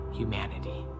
humanity